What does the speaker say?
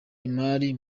imari